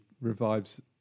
revives